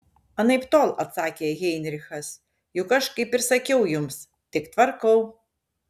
anaiptol atsakė heinrichas juk aš kaip ir sakiau jums tik tvarkau